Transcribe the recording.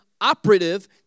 operative